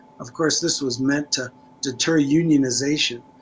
of course this was meant to deter unionization.